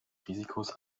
risikos